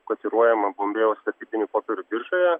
kotiruojama bombėjaus vertybinių popierių biržoje